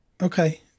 okay